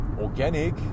organic